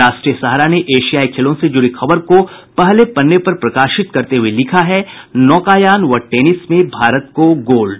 राष्ट्रीय सहारा ने एशियाई खेलों से जुड़ी खबर को पहले पन्ने पर प्रकाशित करते हुये लिखा है नौकायान व टेनिस में भारत को गोल्ड